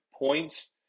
points